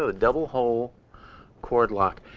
ah double hole cord lock.